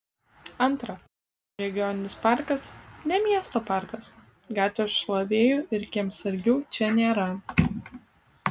antra regioninis parkas ne miesto parkas gatvės šlavėjų ir kiemsargių čia nėra